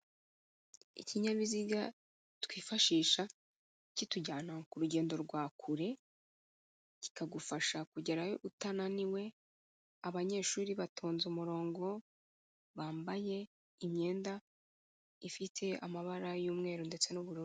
Ikinyabiziga twifashisha kitujyana ku rugendo rwa kure kikagufasha kugerayo utananiwe, abanyeshuri batonze umurongo bambaye imyenda ifite amabara y'umweru ndetse n'ubururu.